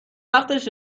وقتش